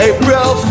April